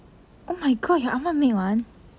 oh my god your 阿嫲 make [one]